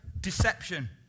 deception